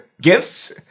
gifts